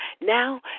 Now